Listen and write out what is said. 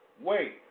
Wait